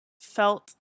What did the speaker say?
felt